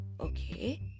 okay